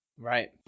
Right